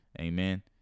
Amen